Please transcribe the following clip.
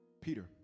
Peter